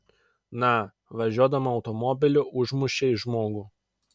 na važiuodama automobiliu užmušei žmogų